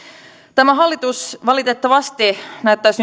tämä hallitus valitettavasti näyttäisi